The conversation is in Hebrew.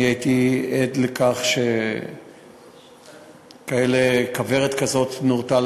אני הייתי עד לכך שכוורת כזאת נורתה אל